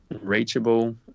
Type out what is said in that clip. reachable